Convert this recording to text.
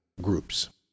groups